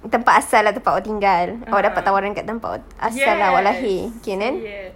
tempat asal lah tempat awak tinggal awak dapat tawaran dekat tempat aw~ asal awak lahir okay then